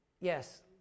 Yes